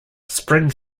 spring